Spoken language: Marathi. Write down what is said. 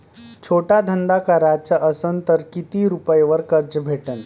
छोटा धंदा कराचा असन तर किती रुप्यावर कर्ज भेटन?